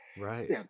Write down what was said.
Right